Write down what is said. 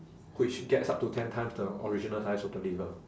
which gets up to ten times the original size of the liver